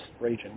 region